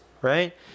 right